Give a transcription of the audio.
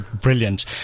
Brilliant